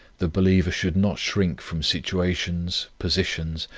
the believer should not shrink from situations, positions,